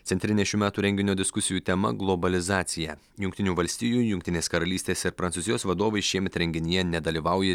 centrinė šių metų renginio diskusijų tema globalizacija jungtinių valstijų jungtinės karalystės ir prancūzijos vadovai šiemet renginyje nedalyvauja